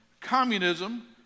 communism